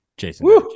Jason